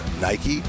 Nike